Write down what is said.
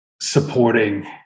supporting